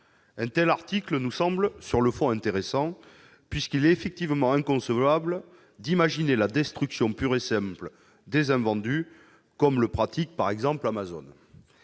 Il nous semble sur le fond intéressant, puisqu'il est effectivement inconcevable d'imaginer la destruction pure et simple des invendus, comme le pratique par exemple Amazon.